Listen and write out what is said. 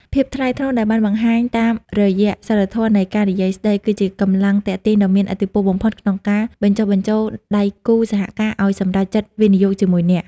ភាពថ្លៃថ្នូរដែលបានបង្ហាញតាមរយៈសីលធម៌នៃការនិយាយស្ដី គឺជាកម្លាំងទាក់ទាញដ៏មានឥទ្ធិពលបំផុតក្នុងការបញ្ចុះបញ្ចូលដៃគូសហការឱ្យសម្រេចចិត្តវិនិយោគជាមួយអ្នក។